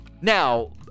now